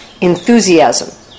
enthusiasm